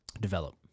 develop